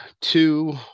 two